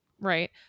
Right